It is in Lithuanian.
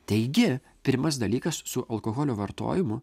taigi pirmas dalykas su alkoholio vartojimu